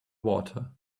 water